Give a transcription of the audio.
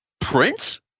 Prince